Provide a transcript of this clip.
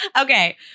Okay